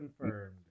confirmed